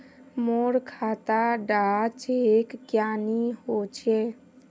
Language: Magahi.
मोर खाता डा चेक क्यानी होचए?